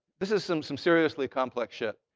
this is some some seriously complex shit.